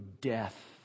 death